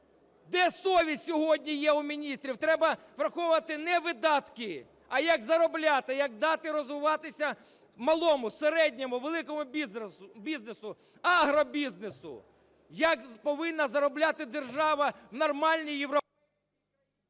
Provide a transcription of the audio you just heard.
Де совість сьогодні є у міністрів? Треба враховувати не видатки, а як заробляти, як дати розвиватися малому, середньому, великому бізнесу, агробізнесу. Як повинна заробляти держава в нормальній…